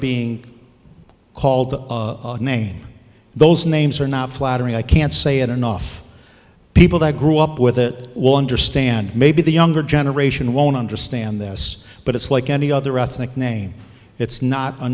being called names those names are not flattering i can't say it enough people that grew up with it will understand maybe the younger generation won't understand this but it's like any other ethnic name it's